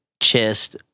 chest